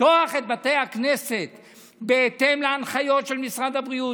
לפתוח את בתי הכנסת בהתאם להנחיות של משרד הבריאות.